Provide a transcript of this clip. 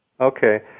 Okay